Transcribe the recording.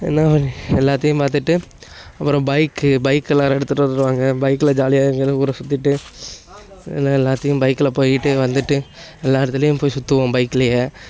என்ன எல்லாத்தையும் பார்த்துட்டு அப்புறம் பைக்கு பைக்குலாம் எல்லோரும் எடுத்துட்டு வந்துடுவாங்க பைக்கில் ஜாலியாக எங்கேயாவது ஊரை சுற்றிட்டு எல்லாம் எல்லாத்தேயும் பைக்கில் போயிக்கிட்டு வந்துட்டு எல்லா இடத்துலையும் போய் சுற்றுவோம் பைக்குலேயே